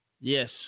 Yes